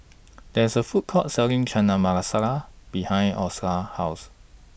There IS A Food Court Selling Chana Masala behind Osa's House